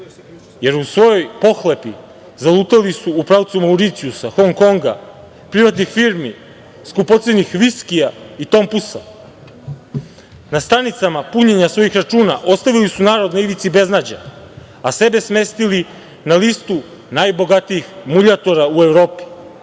jer u svojoj pohlepi su zalutali u pravcu Mauricijusa, Hong Konga, privatnih firmi, skupocenih viskija i tompusa. Na stanicama punjenja svojih računa ostavili su narod na ivici beznađa, a sebe smestili na listu najbogatijih muljatora u Evropi.